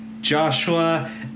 Joshua